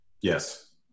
Yes